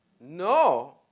No